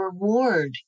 reward